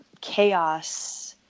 chaos